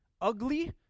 ugly